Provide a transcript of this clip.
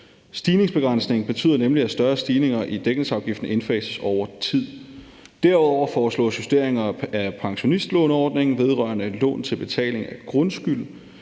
Stigningsbegrænsningen betyder nemlig, at større stigninger i dækningsafgiften indfases over tid. Derudover foreslås justeringer af pensionistlåneordningen vedrørende lån til betaling af grundskyld.